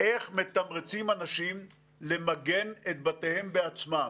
איך מתמרצים אנשים למגן את בתיהם בעצמם.